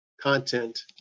content